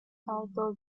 outdoor